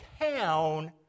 town